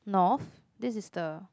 North this is the